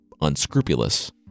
unscrupulous